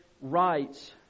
rights